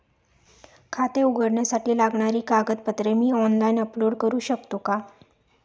खाते उघडण्यासाठी लागणारी कागदपत्रे मी ऑनलाइन अपलोड करू शकतो का?